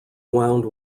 wound